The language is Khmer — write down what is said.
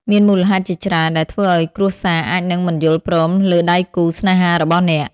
មានមូលហេតុជាច្រើនដែលធ្វើឲ្យគ្រួសារអាចនឹងមិនយល់ព្រមលើដៃគូស្នេហារបស់អ្នក។